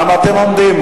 למה אתם עומדים,